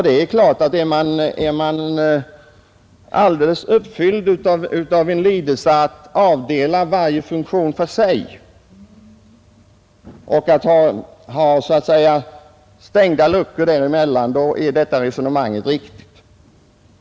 Det är klart att är man alldeles uppfylld av en lidelse att avdela varje funktion för sig och att ha stängda luckor däremellan, är detta resonemang riktigt.